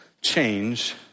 change